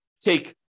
take